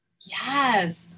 Yes